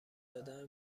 دادن